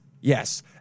Yes